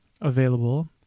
available